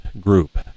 group